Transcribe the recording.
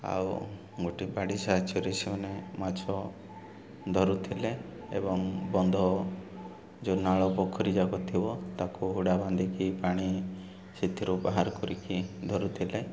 ଆଉ ଗୋଟେ ବାଡ଼ି ସାହାଯ୍ୟରେ ସେମାନେ ମାଛ ଧରୁଥିଲେ ଏବଂ ବନ୍ଧ ଯେଉଁ ନାଳ ପୋଖରୀ ଯାକ ଥିବ ତାକୁ ହୁଡ଼ା ବାନ୍ଧିକି ପାଣି ସେଥିରୁ ବାହାର କରିକି ଧରୁଥିଲେ